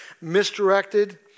misdirected